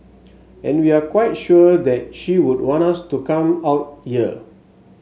and we're quite sure that she would want us to come out here